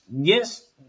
Yes